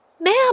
Ma'am